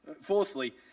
Fourthly